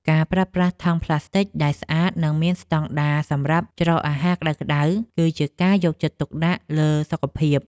ការប្រើប្រាស់ថង់ប្លាស្ទិកដែលស្អាតនិងមានស្តង់ដារសម្រាប់ច្រកអាហារក្តៅៗ គឺជាការយកចិត្តទុកដាក់លើសុខភាព។